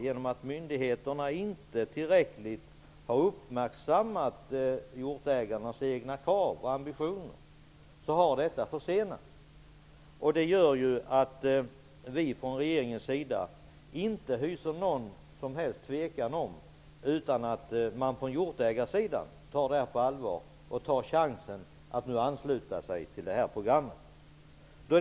Genom att myndigheterna inte tillräckligt har uppmärksammat hjortägarnas egna krav och ambitioner har detta försenats. Det gör att regeringen inte hyser något som helst tvivel om att hjortägarna tar detta på allvar och tar chansen att ansluta sig till programmet.